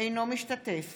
אינו משתתף